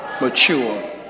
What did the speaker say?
mature